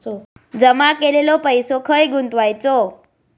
जमा केलेलो पैसो खय गुंतवायचो?